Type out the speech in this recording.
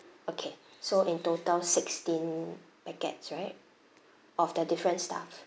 okay so in total sixteen packets right of the different stuff